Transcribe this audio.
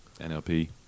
NLP